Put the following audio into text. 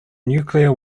nuclear